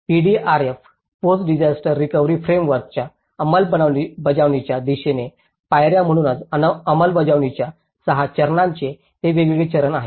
PDRF post disaster recovery फ्रेमवर्कच्या अंमलबजावणीच्या दिशेने पायऱ्या म्हणूनच अंमलबजावणीच्या 6 चरणांचे हे वेगवेगळे चरण आहेत